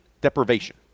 deprivation